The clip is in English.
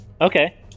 Okay